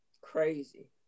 crazy